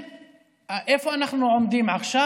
איפה אנחנו עומדים עכשיו?